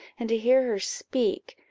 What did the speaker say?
and to hear her speak!